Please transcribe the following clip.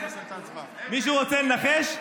מישהו רוצה לנחש?